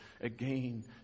Again